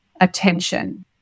attention